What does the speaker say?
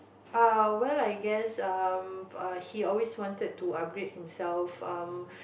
uh well I guess um he always wanted to upgrade himself um